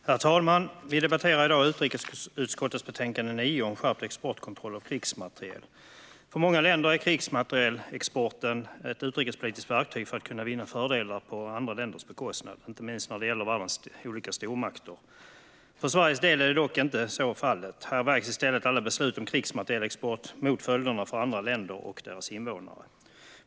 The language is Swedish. Herr talman! Vi debatterar i dag utrikesutskottets betänkande UU9 om skärpt exportkontroll av krigsmateriel. För många länder är krigsmaterielexporten ett utrikespolitiskt verktyg för att kunna vinna fördelar på andra länders bekostnad, inte minst när det gäller världens olika stormakter. Men för Sveriges del är så inte fallet, utan här vägs alla beslut om krigsmaterielexport mot följderna för andra länder och deras invånare.